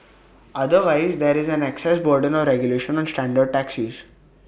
otherwise there is an access burden of regulation on standard taxis